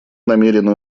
намерены